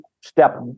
step